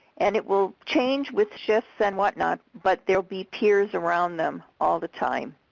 and it will change with shifts and whatnot, but there be peers around them all the time.